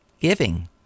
giving